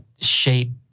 shape